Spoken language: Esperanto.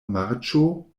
marĉo